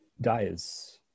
dies